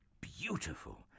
beautiful